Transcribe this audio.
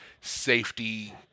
safety